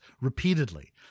repeatedly